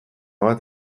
bat